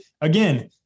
again